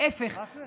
להפך,